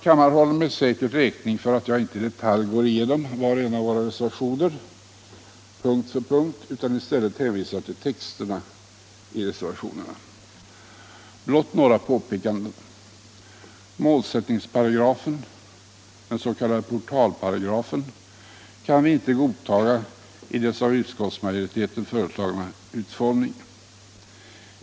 Kammaren håller mig säkert räkning för att jag inte i detalj går igenom var och en av våra reservationer, punkt för punkt, utan i stället hänvisar till texterna i reservationerna. Blott några påpekanden: Målsättningsparagrafen, den s.k. portalparagrafen, kan vi inte godta i dess av utskottsmajoriteten föreslagna utformning.